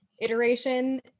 iteration